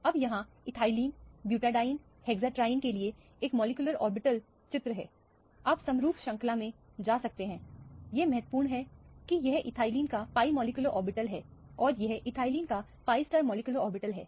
अब यहाँ ethylene butadiene और हेक्साट्रिनethylene butadiene and hexatriene के लिए एक मॉलिक्यूलर ऑर्बिटल चित्र है आप समरूप श्रृंखला में जा सकते हैं यह महत्वपूर्ण है कि यह एथिलीन का pi मॉलिक्यूलर ऑर्बिटल है और यह एथिलीन का pi मॉलिक्यूलर ऑर्बिटल है